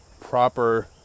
proper